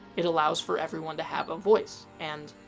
it allows for everyone to have a voice. and,